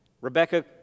Rebecca